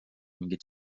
mingit